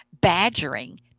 badgering